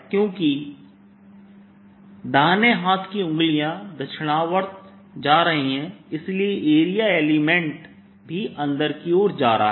क्योंकि दाहिने हाथ की उंगलियां दक्षिणावर्त जा रही हैं इसलिए एरिया एलिमेंट भी अंदर की ओर जा रहा है